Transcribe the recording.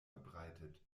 verbreitet